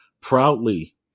proudly